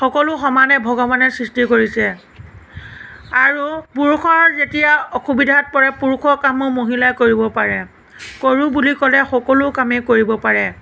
সকলো সমানে ভগৱানে সৃষ্টি কৰিছে আৰু পুৰুষৰ যেতিয়া অসুবিধাত পৰে পুৰুষৰ কামো মহিলাই কৰিব পাৰে কৰোঁ বুলি ক'লে সকলো কামেই কৰিব পাৰে